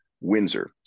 Windsor